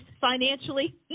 financially